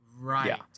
Right